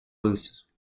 loose